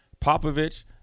Popovich